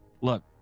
look